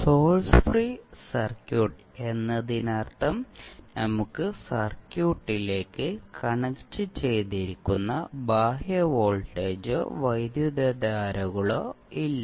source free RC circuit എന്നതിനർത്ഥം നമുക്ക് സർക്യൂട്ടിലേക്ക് കണക്റ്റുചെയ്തിരിക്കുന്ന ബാഹ്യ വോൾട്ടേജോ വൈദ്യുതധാരകളോ ഇല്ല